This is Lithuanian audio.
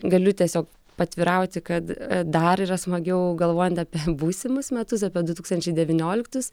galiu tiesiog paatvirauti kad dar yra smagiau galvojant apie būsimus metus apie du tūkstančiai devynioliktus